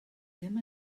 ddim